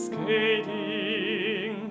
Skating